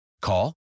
Call